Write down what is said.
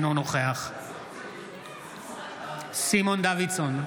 אינו נוכח סימון דוידסון,